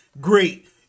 great